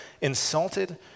insulted